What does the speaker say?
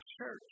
church